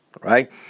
right